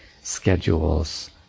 schedules